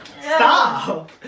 stop